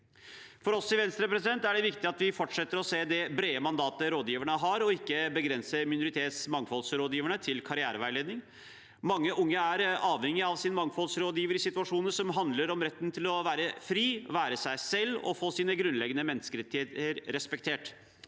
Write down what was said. For oss i Venstre er det viktig at vi fortsetter å se det brede mandatet rådgiverne har, og ikke begrenser minoritets- og mangfoldsrådgiverne til karriereveiledning. Mange unge er avhengig av sin mangfoldsrådgiver i situasjoner som handler om retten til å være fri, være seg selv og få sine grunnleggende menneskerettigheter respektert.